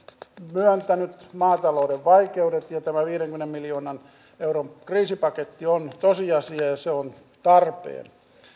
myöntänyt maatalouden vaikeudet ja ja tämä viidenkymmenen miljoonan euron kriisipaketti on tosiasia ja ja se on tarpeen